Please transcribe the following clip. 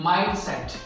Mindset